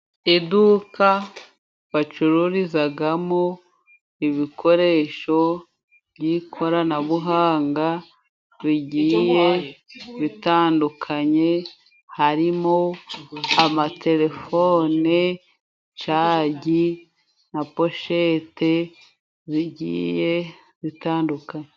Iduka bacururizaga mo ibikoresho by'ikoranabuhanga bigiye bitandukanye, harimo amatelefone, cagi na poshete bigiye bitandukanye.